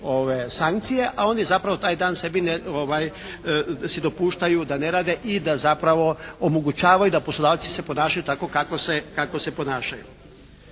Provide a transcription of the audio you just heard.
sankcije, a oni zapravo taj dan sebi si dopuštaju da ne rade i da zapravo omogućavaju da poslodavci se ponašaju tako kako se ponašaju.